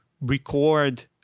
record